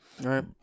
Right